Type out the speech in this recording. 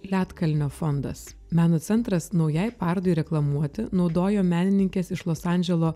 ledkalnio fondas meno centras naujai parodai reklamuoti naudojo menininkės iš los andželo